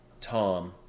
Tom